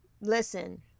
Listen